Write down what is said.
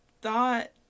thought